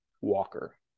Walker